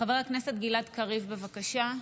חבר הכנסת גלעד קריב, בבקשה.